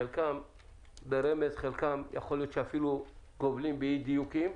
חלקם ברמז, חלקם אולי אפילו גובלים באי דיוקים.